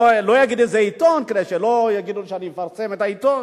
אני לא אגיד איזה עיתון כדי שלא יגידו שאני מפרסם את העיתון,